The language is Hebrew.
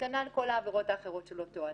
כנ"ל כל העבירות האחרות של אותו אדם.